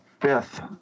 Fifth